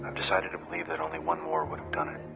um decided to believe that only one more would have done it.